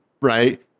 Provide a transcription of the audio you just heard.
right